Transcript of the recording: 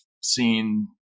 seen